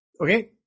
Okay